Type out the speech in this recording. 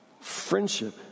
Friendship